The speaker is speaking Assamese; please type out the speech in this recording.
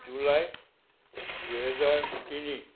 জুলাই দুহেজাৰ তিনি